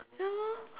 ya lor